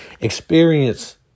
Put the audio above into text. experience